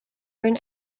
burn